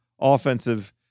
offensive